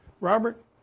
Robert